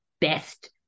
best